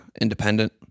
independent